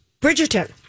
Bridgerton